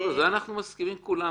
זה אנחנו מסכימים כולם,